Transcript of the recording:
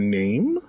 name